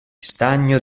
stagno